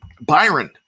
Byron